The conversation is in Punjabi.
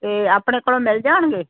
ਅਤੇ ਆਪਣੇ ਕੋਲੋਂ ਮਿਲ ਜਾਣਗੇ